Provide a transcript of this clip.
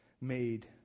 made